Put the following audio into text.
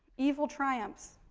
evil triumphs.